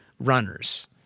runners